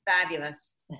fabulous